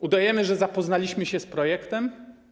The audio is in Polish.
Udajemy, że zapoznaliśmy się z projektem?